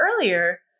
earlier